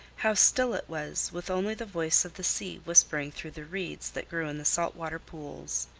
how still it was, with only the voice of the sea whispering through the reeds that grew in the salt-water pools!